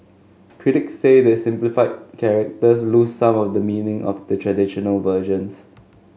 critics say the simplified characters lose some of the meaning of the traditional versions